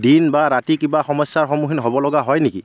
দিন বা ৰাতি কিবা সমস্য়াৰ সন্মুখীন হ'ব লগা হয় নেকি